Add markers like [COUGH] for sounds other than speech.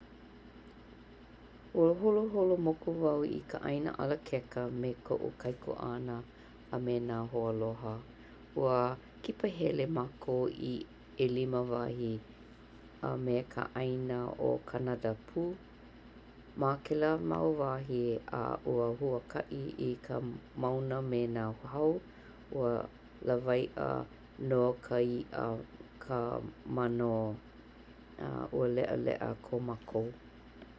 Ua holoholo moku wau i ka ʻaina Alakeka me koʻu kaikuaʻana a me nā hōaloha. Ua kipahele mākou i ʻelima wahi a me ka ʻaina ʻo Kanada pū. Ma kēlā mau wahi [HESITATION] ua huakaʻi i ka mauna me nā hau, ua lawaiʻa no ka iʻa kāmano [HESITATION] Ua leʻaleʻa ko mākou.